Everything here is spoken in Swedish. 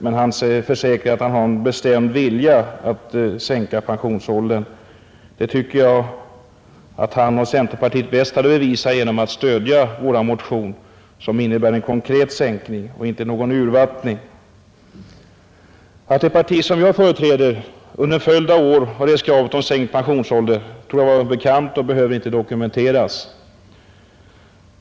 Men han försäkrar att han har en bestämd vilja att sänka pensionsåldern. Det tycker jag att han och centerpartiet bäst hade bevisat genom att stödja vår motion, som innebär en konkret sänkning och inte någon urvattning. Att det parti jag företräder under en följd av år har rest kravet om sänkt pensionsålder torde vara bekant och behöver inte dokumenteras.